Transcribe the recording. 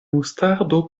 mustardo